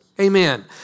Amen